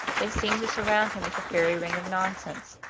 they seemed to surround him with a fairy ring of nonsense.